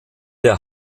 der